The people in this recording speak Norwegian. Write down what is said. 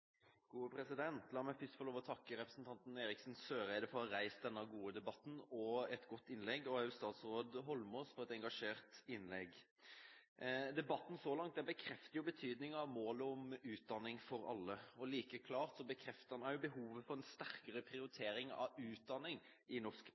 Eriksen Søreide for å ha reist denne gode debatten og for et godt innlegg, og også statsråd Eidsvoll Holmås for et engasjert innlegg. Debatten så langt bekrefter betydningen av målet om utdanning for alle, og like klart bekrefter den også behovet for en sterkere